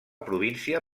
província